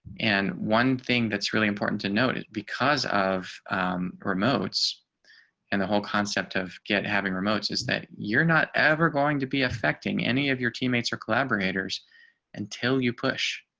and one thing that's really important to note it because of remotes and the whole concept of get having remotes is that you're not ever going to be affecting any of your teammates or collaborators until you push